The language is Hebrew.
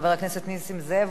חבר הכנסת נסים זאב,